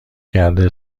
کرده